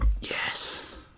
Yes